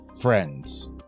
Friends